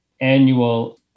annual